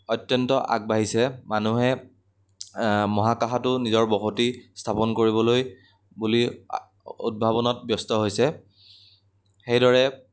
অত্যন্ত আগবাঢ়িছে মানুহে মহাকাশাতো নিজৰ বসতি স্থাপন কৰিবলৈ বুলি উদ্ভাৱনত ব্যস্ত হৈছে সেইদৰে